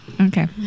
Okay